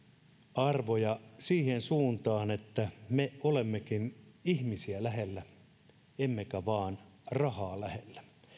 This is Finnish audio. arvoja siihen suuntaan että me olemmekin ihmisiä lähellä emmekä vain rahaa lähellä